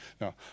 no